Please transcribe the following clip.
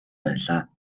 байлаа